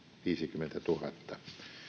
viisikymmentätuhatta